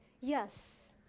Yes